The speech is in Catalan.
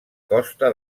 costa